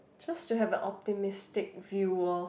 just to have a optimistic view orh